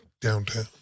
downtown